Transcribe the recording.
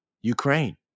Ukraine